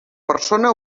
persona